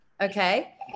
Okay